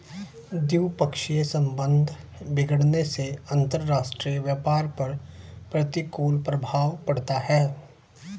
द्विपक्षीय संबंध बिगड़ने से अंतरराष्ट्रीय व्यापार पर प्रतिकूल प्रभाव पड़ता है